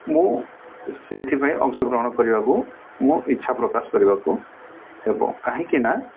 ମୁଁ ସେଇଥିପାଇଁ ଅଂଶଗ୍ରହଣ କରିବାକୁ ମୁଁ ଇଚ୍ଛା ପ୍ରକାଶ କରିବାକୁ ହେବ କାହିଁକିନା